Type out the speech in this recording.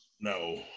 No